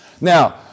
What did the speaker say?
Now